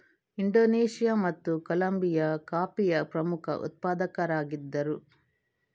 Indonesia ಮತ್ತು Colombia ಕಾಫಿಯ ಪ್ರಮುಖ ಉತ್ಪಾದಕರಾಗಿದ್ದರು